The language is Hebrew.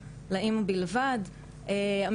יותר קל לנו לפנות לזקני הכפר.